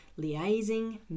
liaising